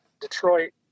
Detroit